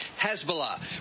Hezbollah